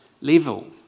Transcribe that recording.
level